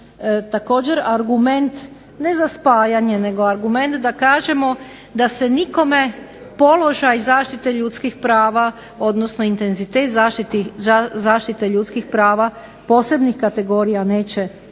također jedan argument ne za spajanje nego argument da kažemo da se nikome položaj zaštite ljudskih prava odnosno intenzitet zaštite ljudskih prava posebnih kategorija neće umanjiti.